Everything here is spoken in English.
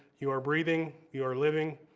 you are breathing, you're living,